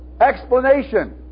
Explanation